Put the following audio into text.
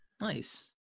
Nice